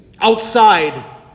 outside